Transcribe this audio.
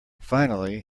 finally